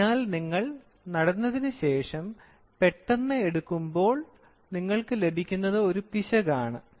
അതിനാൽ നിങ്ങൾ നടന്നതിന് ശേഷം പെട്ടെന്ന് എടുക്കുമ്പോൾ നിങ്ങൾക്ക് ലഭിക്കുന്നത് ഒരു പിശകാണ്